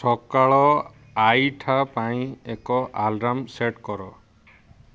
ସକାଳ ଆଇଠା ପାଇଁ ଏକ ଆଲାର୍ମ ସେଟ୍ କର